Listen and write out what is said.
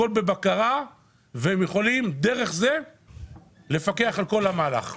הכול בבקרה והם יכולים דרך זה לפקח על כל המהלך.